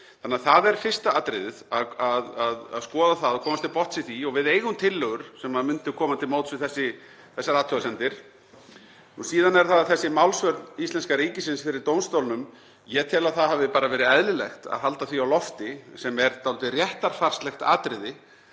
Þannig að það er fyrsta atriðið, að skoða það og komast til botns í því. Við eigum tillögur sem myndu koma til móts við þessar athugasemdir. Síðan er það þessi málsvörn íslenska ríkisins fyrir dómstólnum. Ég tel að það hafi verið eðlilegt að halda því á lofti, sem er dálítið réttarfarslegt atriði,